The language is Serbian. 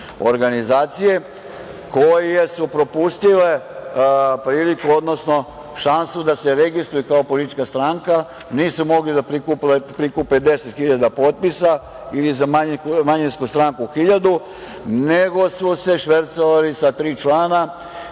organizacije koje su propustile priliku, odnosno članstvo, da se registruju kao politička stranka, nisu mogli da prikupe 10 hiljada potpisa ili za manjinsku stranku hiljadu, nego su se švercovali sa tri člana.